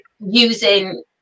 using